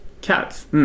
Cats